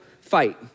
fight